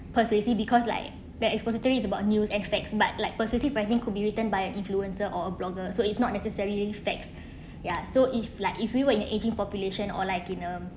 persuasive because like that expository about news and facts but like persuasive writing could be written by an influencer or a blogger so it's not necessarily facts ya so if like if we were in an ageing population or like in a